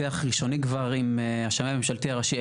משיח ראשוני כבר עם השמאי הממשלתי הראשי,